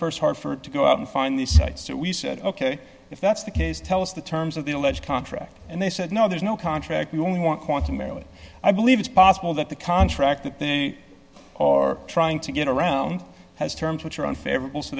by st hartford to go out and find these sites so we said ok if that's the case tell us the terms of the alleged contract and they said no there's no contract we only want quote to mail it i believe it's possible that the contract that they are trying to get around has terms which are unfavorable so